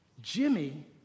Jimmy